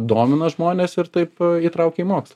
domina žmones ir taip įtraukia į mokslą